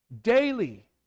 Daily